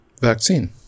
vaccine